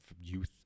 youth